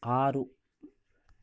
ಆರು